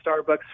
Starbucks